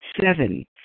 Seven